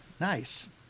nice